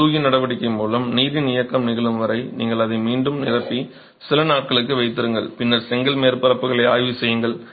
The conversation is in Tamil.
தந்துகி நடவடிக்கை மூலம் நீரின் இயக்கம் நிகழும் வரை நீங்கள் அதை மீண்டும் நிரப்பி சில நாட்களுக்கு வைத்திருங்கள் பின்னர் செங்கல் மேற்பரப்புகளை ஆய்வு செய்யுங்கள்